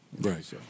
Right